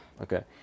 Okay